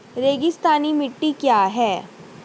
रेगिस्तानी मिट्टी क्या है?